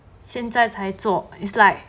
现在才做 is like